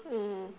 mm